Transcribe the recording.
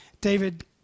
David